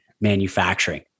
manufacturing